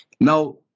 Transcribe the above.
Now